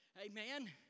amen